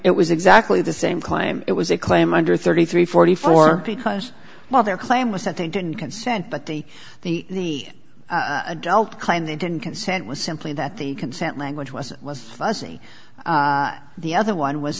it was exactly the same claim it was a claim under thirty three forty four because while their claim was that they didn't consent but the the adult claim they didn't consent was simply that the consent language was was fuzzy the other one was